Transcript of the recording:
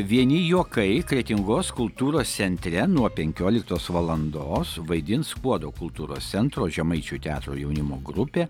vieni juokai kretingos kultūros centre nuo penkioliktos valandos vaidins skuodo kultūros centro žemaičių teatro jaunimo grupė